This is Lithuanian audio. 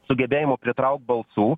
su gebėjimu pritraukt balsų